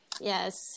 yes